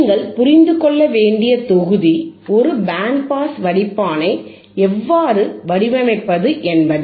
நீங்கள் புரிந்து கொள்ள வேண்டிய தொகுதி ஒரு பேண்ட் பாஸ் வடிப்பானை எவ்வாறு வடிவமைப்பது என்பது